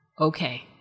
Okay